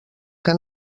què